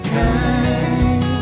time